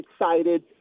excited